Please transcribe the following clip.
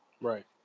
Right